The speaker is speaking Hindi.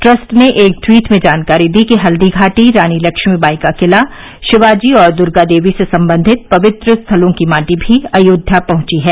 ट्रस्ट ने एक ट्वीट में जानकारी दी कि हल्दीघाटी रानी लक्ष्मीबाई का किला शिवाजी और दुर्गदेवी से सम्बंधित पवित्र स्थलों की माटी भी अयोध्या पहंची है